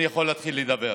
אני יכול להתחיל לדבר.